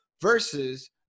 Versus